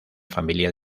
familia